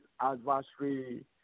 adversary